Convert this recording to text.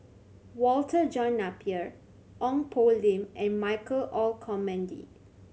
Walter John Napier Ong Poh Lim and Michael Olcomendy